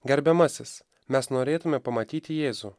gerbiamasis mes norėtume pamatyti jėzų